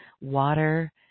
water